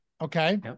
okay